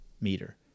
meter